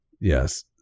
Yes